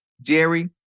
Jerry